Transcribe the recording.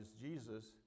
Jesus